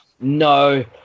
no